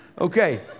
Okay